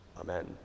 Amen